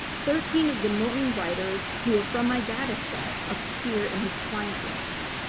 thirteen of the norton writers who are from my data set appear in his client list.